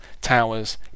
towers